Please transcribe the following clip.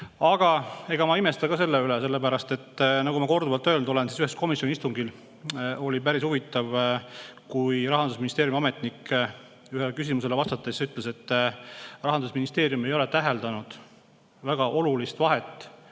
Aga ega ma ei imesta ka selle üle, sellepärast et, nagu ma korduvalt öelnud olen, ühel komisjoni istungil oli päris huvitav, kui Rahandusministeeriumi ametnik ütles ühele küsimusele vastates, et Rahandusministeerium ei ole täheldanud väga olulist vahet